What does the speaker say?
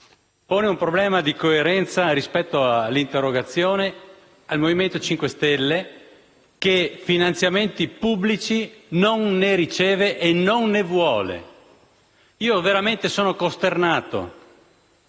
pone un problema di coerenza rispetto all'interrogazione al Movimento 5 Stelle che finanziamenti pubblici non ne riceve e non ne vuole. Sono veramente costernato.